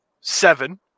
seven